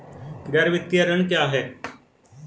गैर वित्तीय ऋण क्या है?